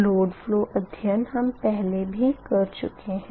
load flow अध्यन हम पहले भी कर चुके है